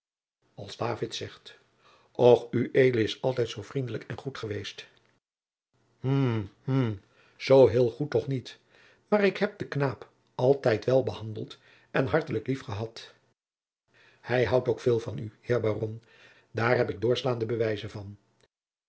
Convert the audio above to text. als david zegt och ued is altijd zoo vriendelijk en goed geweest jacob van lennep de pleegzoon hm hm zoo heel goed toch niet maar ik heb den knaap altijd wel behandeld en hartelijk lief gehad hij houdt ook veel van u heer baron daar heb ik doorslaande bewijzen van